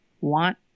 want